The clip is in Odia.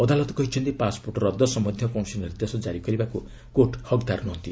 ଅଦାଲତ କହିଛନ୍ତି ପାସ୍ପୋର୍ଟ ରଦ୍ଦ ସମ୍ଭନ୍ଧୀୟ କୌଣସି ନିର୍ଦ୍ଦେଶ ଜାରି କରିବାକୁ କୋର୍ଟ ହକ୍ଦାର ନୁହନ୍ତି